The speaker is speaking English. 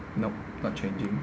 nope not changing